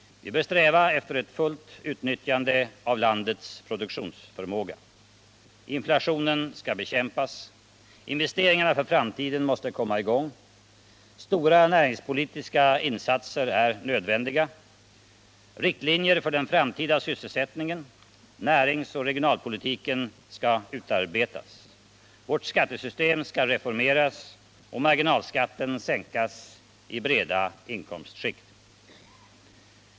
Vi bör sträva efter att fullt utnyttja landets produktionsförmåga. Inflationen skall bekämpas. Investeringarna för framtiden måste komma i gång. Stora näringspolitiska insatser är nödvändiga. Riktlinjer för den framtida sysselsättningen, näringsoch regionalpolitiken skall utarbetas. Vårt skattesystem skall reformeras och marginalskatten sänkas i breda inkomstskikt.